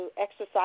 exercise